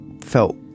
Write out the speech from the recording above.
felt